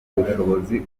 ubushobozi